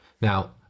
Now